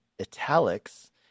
italics